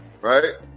Right